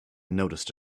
noticed